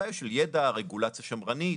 בעיה של ידע, רגולציה שמרנית,